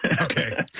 Okay